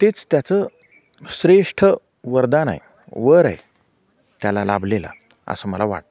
तेच त्याचं श्रेष्ठ वरदान आहे वर आहे त्याला लाभलेला असं मला वाटतं